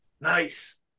Nice